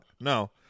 No